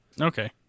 Okay